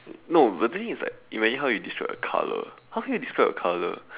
no the thing is like imagine how you describe a color how can you describe a color